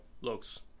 looks